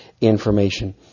information